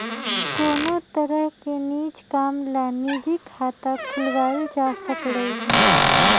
कोनो तरह के निज काम ला निजी खाता खुलवाएल जा सकलई ह